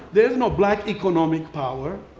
there is no black economic power.